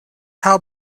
how